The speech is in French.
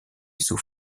sous